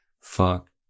Fuck